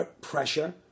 pressure